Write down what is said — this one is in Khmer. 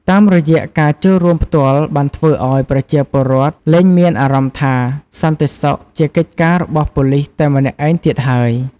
តាមរយៈការចូលរួមផ្ទាល់ បានធ្វើឲ្យប្រជាពលរដ្ឋលែងមានអារម្មណ៍ថា សន្តិសុខជាកិច្ចការរបស់ប៉ូលិសតែម្នាក់ឯងទៀតហើយ។